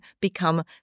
become